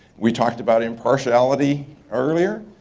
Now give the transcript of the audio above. we talked about impartiality earlier,